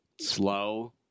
slow